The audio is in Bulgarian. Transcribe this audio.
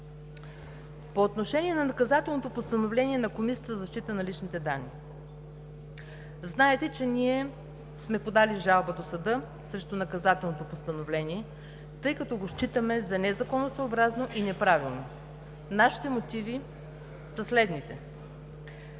По отношение на наказателното постановление на Комисията за защита на личните данни. Знаете, че ние сме подали жалба до съда срещу наказателното постановление, тъй като го считаме за незаконосъобразно и неправилно. Нашите мотиви са следните.